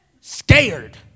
Scared